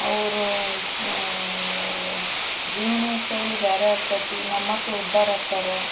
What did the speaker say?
ಅವರು ಜೀವನಶೈಲಿ ಬೇರೆ ಆಗ್ತೈತಿ ನಮ್ಮ ಮಕ್ಳು ಉದ್ಧಾರ ಆಕ್ಕಾರ